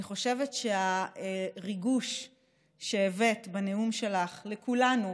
אני חושבת שהריגוש שהבאת בנאום שלך לכולנו,